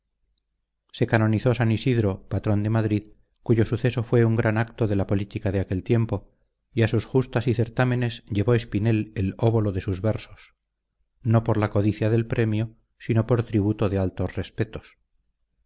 se canonizó san isidro patrón de madrid cuyo suceso fue un gran acto de la política de aquel tiempo y a sus justas y certámenes llevó espinel el óbolo de sus versos no por la codicia del premio sino por tributo de altos respetos